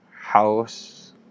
house